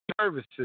services